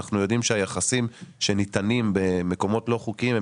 אנחנו יודעים שהיחסים שניתנים במקומות לא חוקיים הם